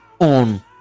on